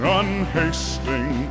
unhasting